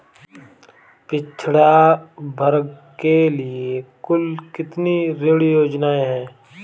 पिछड़ा वर्ग के लिए कुल कितनी ऋण योजनाएं हैं?